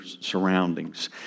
surroundings